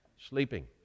Sleeping